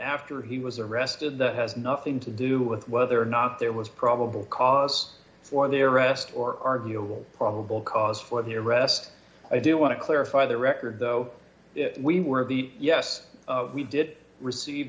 after he was arrested that has nothing to do with whether or not there was probable cause for the arrest or arguable probable cause for the arrest i do want to clarify the record though we were the yes we did receive